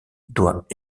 doit